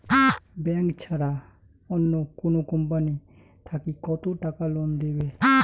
Bank ছাড়া অন্য কোনো কোম্পানি থাকি কত টাকা লোন দিবে?